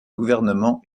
gouvernement